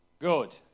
Good